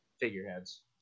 figureheads